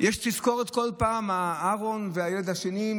יש תזכורת כל פעם: אהרון והילד השני,